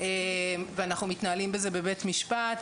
ואנחנו מתנהלים בזה בבית משפט,